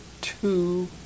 two